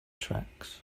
tracks